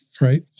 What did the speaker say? right